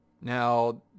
Now